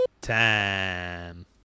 Time